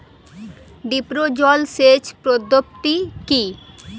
Drip জল সেচ পদ্ধতি কি?